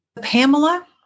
Pamela